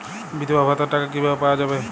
বিধবা ভাতার টাকা কিভাবে পাওয়া যাবে?